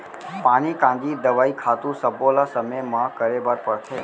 पानी कांजी, दवई, खातू सब्बो ल समे म करे बर परथे